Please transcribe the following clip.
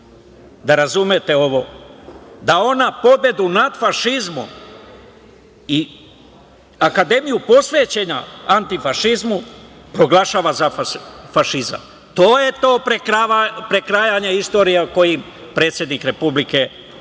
da razumete ovo? Da ona pobedu nad fašizmom i akademiju posvećenu antifašizmu proglašava za fašizam? To je to prekrajanje istorije o kojem predsednik Republike govori